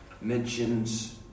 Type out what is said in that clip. mentions